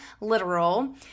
literal